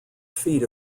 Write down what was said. feet